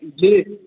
जी